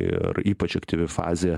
ir ypač aktyvi fazė